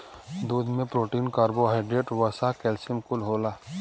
दूध में protein, carbohydrate, वसा, कैल्सियम कुल होला